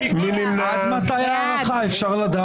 זה בלתי אפשרי.